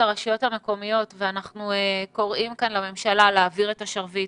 לרשויות המקומיות ואנחנו קוראים כאן לממשלה להעביר את השרביט